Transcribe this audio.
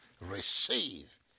Receive